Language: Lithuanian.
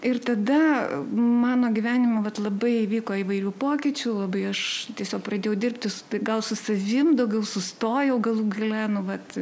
ir tada mano gyvenime vat labai įvyko įvairių pokyčių labai aš tiesiog pradėjau dirbti su tai gal su savim daugiau sustojau galų gale nu vat